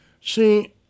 See